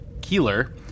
Keeler